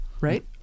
right